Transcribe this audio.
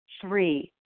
three